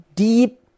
deep